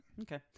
Okay